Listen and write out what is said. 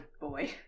boy